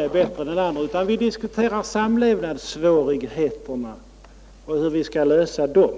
är bättre än den andra, utan vi diskuterar samlevnadssvårigheterna och hur vi skall lösa dem.